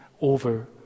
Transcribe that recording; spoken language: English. over